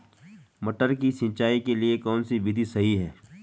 मटर की सिंचाई के लिए कौन सी विधि सही है?